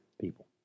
people